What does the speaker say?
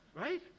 right